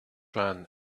ran